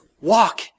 walk